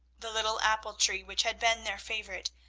the little apple tree which had been their favourite,